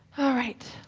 alright,